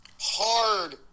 hard